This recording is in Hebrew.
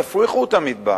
יפריחו את המדבר,